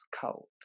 cult